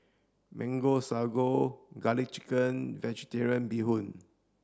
mango sago garlic chicken vegetarian bee hoon